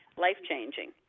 life-changing